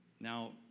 Now